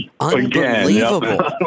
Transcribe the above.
Unbelievable